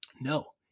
No